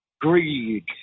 greed